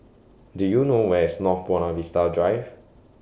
Do YOU know Where IS North Buona Vista Drive